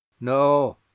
No